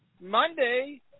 Monday